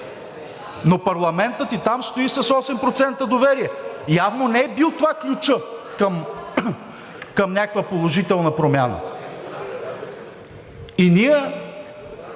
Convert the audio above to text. Но парламентът и там стои с 8% доверие, явно не е бил това ключът към някаква положителна промяна. Ние